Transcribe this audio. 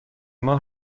ماه